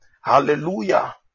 Hallelujah